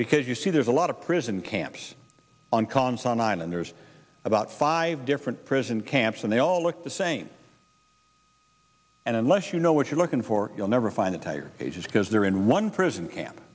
because you see there's a lot of prison camps on collins on and there's about five different prison camps and they all look the same and unless you know what you're looking for you'll never find a tire gauges because they're in one prison camp